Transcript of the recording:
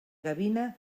gavina